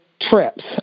trips